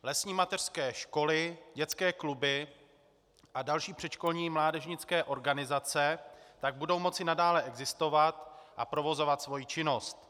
Lesní mateřské školy, dětské kluby a další předškolní i mládežnické organizace tak budou moci nadále existovat a provozovat svoji činnost.